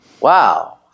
wow